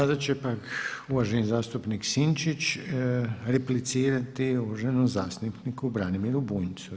Sada će pak uvaženi zastupnik Sinčić replicirati uvaženom zastupniku Branimiru Bunjcu.